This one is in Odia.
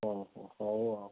ହଁ ହଉ ଆଉ